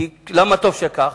למה טוב שכך?